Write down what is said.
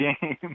game